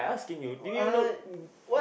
uh what